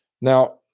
Now